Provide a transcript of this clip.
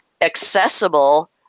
accessible